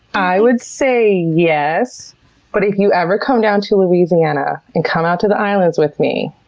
i would say, yes but if you ever come down to louisiana and come out to the islands with me,